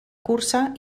cursa